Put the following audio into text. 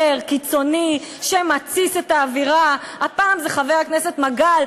הצעת החוק שמוצעת לנו, של חברת הכנסת זהבה גלאון